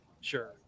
Sure